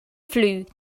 flue